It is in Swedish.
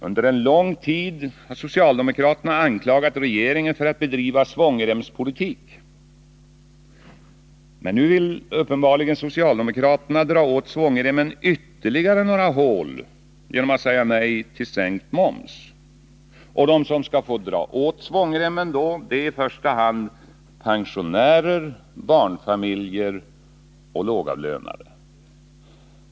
Under lång tid har socialdemokraterna anklagat regeringen för att bedriva svångremspolitik. Nu vill uppenbarligen socialdemokraterna dra åf svångremmen ytterligare några hål genom att säga nej till sänkt moms. Och de som skall få dra åt svångremmen är i första hand pensionärer, barnfamiljer och lågavlönade.